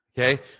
okay